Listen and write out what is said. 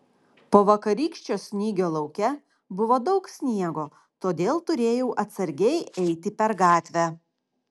po vakarykščio snygio lauke buvo daug sniego todėl turėjau atsargiai eiti per gatvę